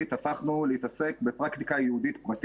הפכנו להתעסק בפרקטיקה יהודית פרטית.